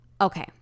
okay